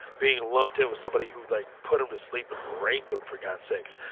being lumped in with somebody who, like, put em to sleep and raped em, for god's sakes,